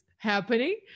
happening